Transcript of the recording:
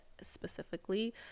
specifically